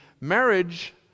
marriage